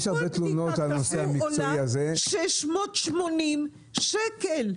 כל פנייה כזו עולה 680 שקל.